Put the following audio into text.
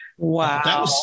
Wow